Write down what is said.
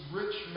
rich